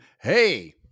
Hey